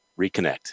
reconnect